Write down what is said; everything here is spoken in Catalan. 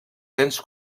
temps